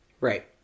Right